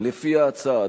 לפי ההצעה,